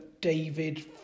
David